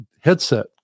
headset